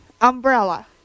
umbrella